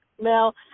Mel